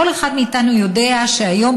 כל אחד מאיתנו יודע שהיום,